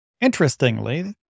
Interestingly